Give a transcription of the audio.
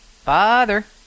Father